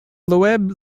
loeb